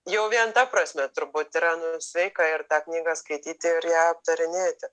jau vien ta prasme turbūt yra nu sveiką ir tą knygą skaityti ir ją aptarinėti